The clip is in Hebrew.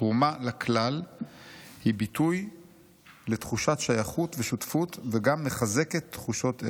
תרומה לכלל היא ביטוי לתחושות של שייכות ושותפות וגם מחזקת תחושות אלו.